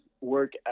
work